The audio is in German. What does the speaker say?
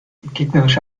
gegnerische